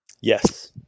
Yes